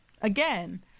Again